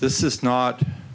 this is not